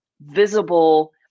visible